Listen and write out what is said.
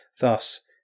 Thus